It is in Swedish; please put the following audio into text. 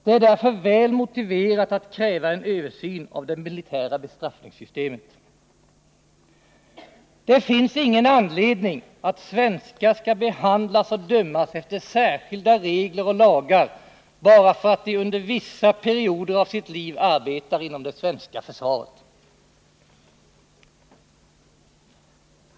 Det är därför väl motiverat att kräva en översyn av det militära bestraffningssystemet. Det finns ingen anledning att svenskar skall behandlas och dömas efter särskilda regler och lagar bara för att de under vissa perioder av sitt liv arbetar inom det svenska försvaret.